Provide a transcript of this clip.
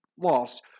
loss